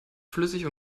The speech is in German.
flüssig